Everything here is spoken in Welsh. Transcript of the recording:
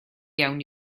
iawn